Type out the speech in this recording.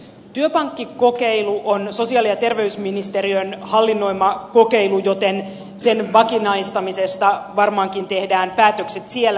työpankkikokeilu on sosiaali ja terveysministeriön hallinnoima kokeilu joten sen vakinaistamisesta varmaankin tehdään päätökset siellä